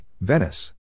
Venice